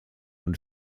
und